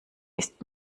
ist